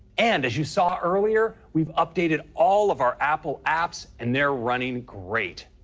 and as you saw earlier, we've updated all of our apple apps and they're running great.